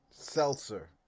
seltzer